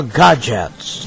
gadgets